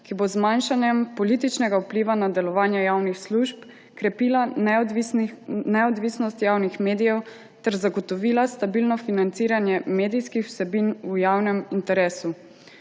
ki bo z zmanjšanjem političnega vpliva na delovanje javnih služb krepila neodvisnost javnih medijev ter zagotovila stabilno financiranje medijskih vsebin v javnem interesu.